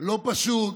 לא פשוט,